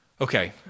Okay